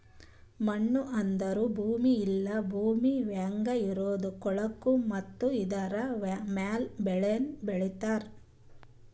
ಮಣ್ಣು ಅಂದುರ್ ಭೂಮಿ ಇಲ್ಲಾ ಭೂಮಿ ಮ್ಯಾಗ್ ಇರದ್ ಕೊಳಕು ಮತ್ತ ಇದುರ ಮ್ಯಾಲ್ ಬೆಳಿನು ಬೆಳಿತಾರ್